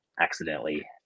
accidentally